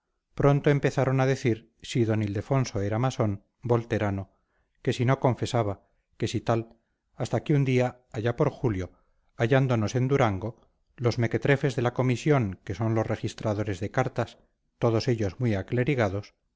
pronto empezaron a decir si d ildefonso era masón volterano que si no confesaba que si tal hasta que un día allá por julio hallándonos en durango los mequetrefes de la comisión que son los registradores de cartas todos ellos muy aclerigados legos